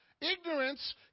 Ignorance